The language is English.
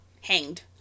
hanged